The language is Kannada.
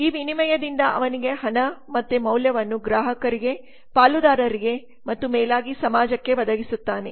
ಈ ವಿನಿಮಯದಿಂದ ಅವನಿಗೆ ಹಣ ಮತ್ತೆ ಮಾಲ್ಯವನ್ನು ಗ್ರಾಹಕರಿಗೆ ಪಾಲುದಾರರಿಗೆ ಮತ್ತು ಮೇಲಾಗಿ ಸಮಾಜಕ್ಕೆ ಒದಗಿಸುತ್ತಾನೆ